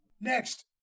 Next